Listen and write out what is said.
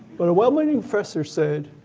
but a well-meaning professor said